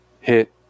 hit